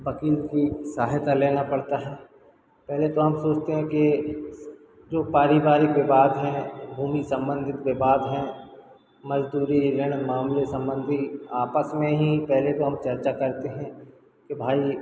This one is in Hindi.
वकील की सहायता लेना पड़ता है पहले तो हम सोचते हैं कि जो पारिवारिक विवाद हैं भूमि संबंधित विवाद हैं मज़दूरी ऋण मामले संबंधी आपस में ही पहले तो हम चर्चा करते हैं कि भाई